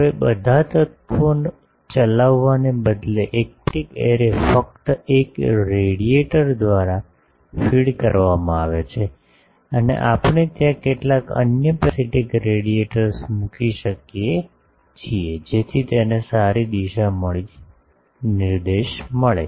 હવે બધા તત્વો ચલાવવાને બદલે એક પેરાસિટિક એરે ફક્ત એક રેડિયેટર દ્વારા ફીડ કરવામાં આવે છે અને આપણે ત્યાં કેટલાક અન્ય પેરાસિટિક રેડિએટર્સ મૂકી શકીએ છીએ જેથી તેને સારી દિશા નિર્દેશ મળે